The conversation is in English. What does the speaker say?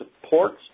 supports